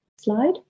Slide